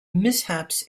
mishaps